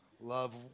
love